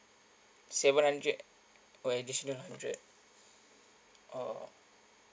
seven hundred oh additional hundred oh